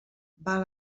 val